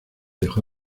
dejó